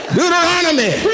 Deuteronomy